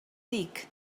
tic